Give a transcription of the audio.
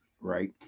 right